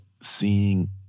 seeing